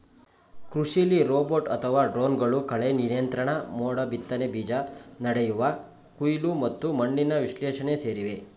ಕೃಷಿಲಿ ರೋಬೋಟ್ ಅಥವಾ ಡ್ರೋನ್ಗಳು ಕಳೆನಿಯಂತ್ರಣ ಮೋಡಬಿತ್ತನೆ ಬೀಜ ನೆಡುವುದು ಕೊಯ್ಲು ಮತ್ತು ಮಣ್ಣಿನ ವಿಶ್ಲೇಷಣೆ ಸೇರಿವೆ